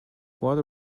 water